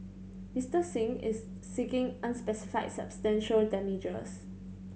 Mister Singh is seeking unspecified substantial damages